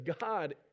God